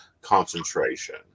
concentration